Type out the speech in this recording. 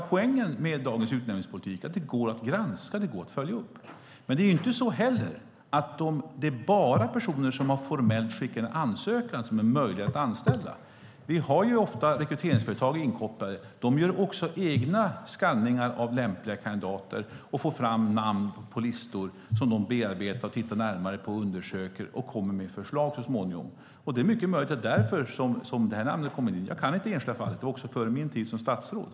Poängen med dagens utnämningspolitik är att det går att granska och följa upp utnämningarna. Det är inte enbart personer som formellt skickar in en ansökan som är möjliga att anställa. Vi kopplar ofta in rekryteringsföretag som gör sina egna skanningar av lämpliga kandidater. De får fram namn som de tittar närmare på och kommer så småningom med förslag. Det är mycket möjligt att det är därför som detta namn kom med. Jag kan inte det enskilda fallet; det var före min tid som statsråd.